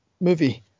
movie